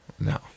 no